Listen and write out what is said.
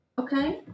Okay